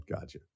Gotcha